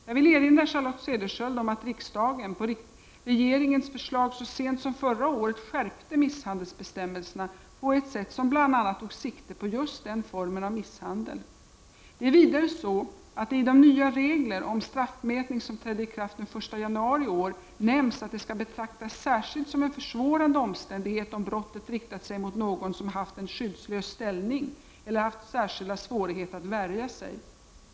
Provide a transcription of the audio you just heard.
Jag vill erinra Charlotte Cederschiöld om att riksdagen på regeringens förslag så sent som förra året skärpte misshandelsbestämmelserna på ett sätt som bl.a. tog sikte på just den formen av misshandel. Det är vidare så att det i de nya regler om straffmätning som trädde i kraft den 1 januari i år nämns att det skall betraktas särskilt som en försvårande omständighet om brottet riktat sig mot någon som haft en skyddslös ställning eller haft särskilda svårigheter att värja sig.